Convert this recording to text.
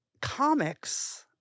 comics